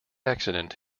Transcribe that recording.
accident